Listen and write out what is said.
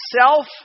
self